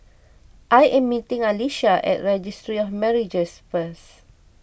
I am meeting Alisha at Registry of Marriages first